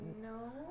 No